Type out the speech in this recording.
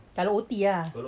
kalau O_T ah